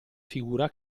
figura